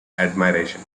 admiration